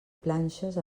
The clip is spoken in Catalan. planxes